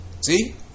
See